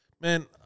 man